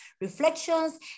reflections